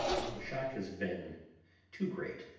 for the shock has been too great